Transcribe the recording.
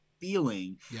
feeling